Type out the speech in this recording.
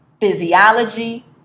physiology